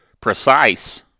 precise